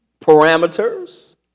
parameters